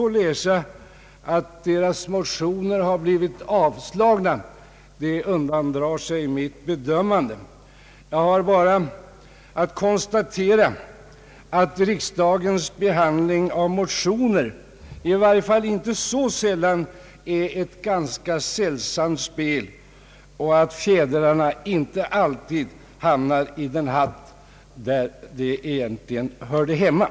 Riksdagens motionsbehandling är ofta ett ganska sällsamt spel, där — för att citera en kollega i första kammaren — fjädrarna hamnar inte alltid på den hatt, där de hörde hemma.